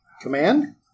command